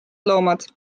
loomad